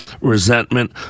resentment